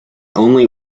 only